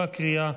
לקריאה